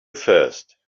first